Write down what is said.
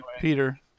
Peter